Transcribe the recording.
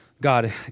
God